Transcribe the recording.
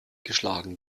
geschlagen